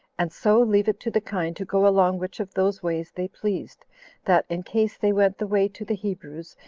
and so leave it to the kine to go along which of those ways they pleased that in case they went the way to the hebrews,